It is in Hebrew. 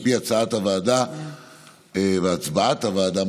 התש"ף 2020. על פי הצעת הוועדה והצבעת הוועדה,